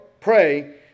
pray